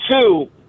two